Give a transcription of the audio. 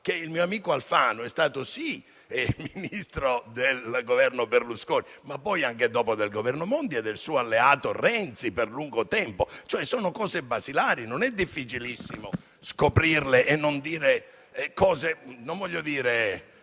che il mio amico Alfano è stato, sì, ministro del Governo Berlusconi, ma poi anche del Governo Monti e del suo alleato Renzi per lungo tempo. Sono informazioni basilari, non è difficilissimo scoprirle e non fare affermazioni - non voglio usare